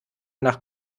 nach